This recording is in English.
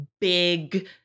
big